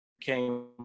came